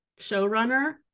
showrunner